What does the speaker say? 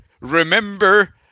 remember